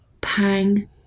pang